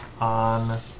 on